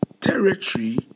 territory